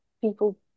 people